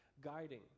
guiding